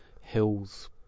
Hills